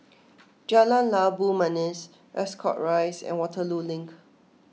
Jalan Labu Manis Ascot Rise and Waterloo Link